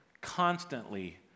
constantly